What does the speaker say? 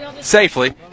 safely